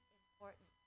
important